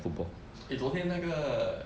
eh 昨天那个